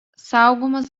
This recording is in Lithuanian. saugomas